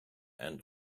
and